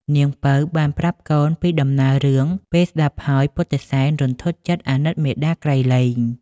នាងពៅបានប្រាប់កូនពីដំណើររឿងពេលស្តាប់ហើយពុទ្ធិសែនរន្ធត់ចិត្តអាណិតមាតាក្រៃលែង។